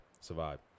survive